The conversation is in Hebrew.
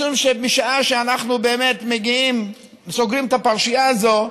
משום שמשעה שאנחנו באמת מגיעים וסוגרים את הפרשייה הזאת,